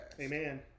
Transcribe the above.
Amen